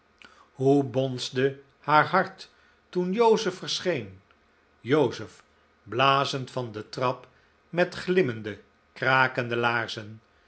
hoe bonsde haar hart toen joseph verscheen joseph blazend van de trap met glimmende krakende laarzen